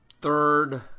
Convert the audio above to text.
third